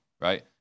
Right